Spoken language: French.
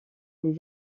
les